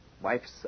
wife's